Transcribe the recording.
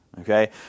okay